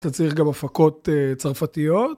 אתה צריך גם הפקות צרפתיות.